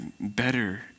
better